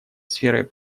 сферой